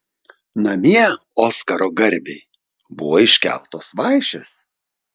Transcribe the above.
namie oskaro garbei buvo iškeltos vaišės